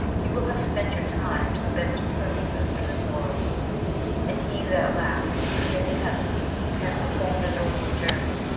you will have spent your time to the best of purposes in this world and he that at last can get to heaven has performed a noble journey,